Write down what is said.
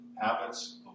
habits